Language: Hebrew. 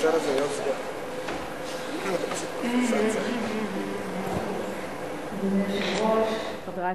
אושרה בקריאה ראשונה, ותעבור לוועדת